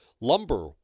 Lumber